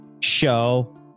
show